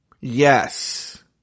yes